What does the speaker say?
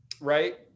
right